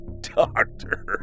doctor